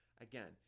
Again